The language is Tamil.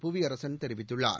புவியரசன் தெரிவித்துள்ளார்